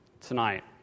tonight